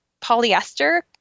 polyester